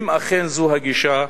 אם אכן זו הגישה,